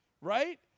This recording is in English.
right